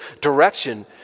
direction